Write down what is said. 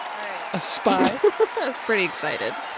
all right a spy? i was pretty excited.